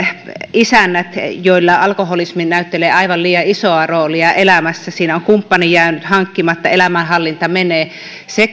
joilla alkoholismi näyttelee aivan liian isoa roolia elämässä siinä on kumppani jäänyt hankkimatta elämänhallinta menee se